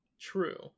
True